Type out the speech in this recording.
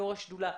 בוקר טוב.